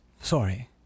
sorry